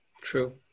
true